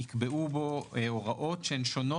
להביא חלב באוניות בקירור, והן מוצר